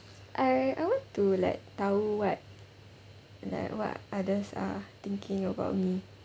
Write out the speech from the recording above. I I want to like tahu what like what others are thinking about me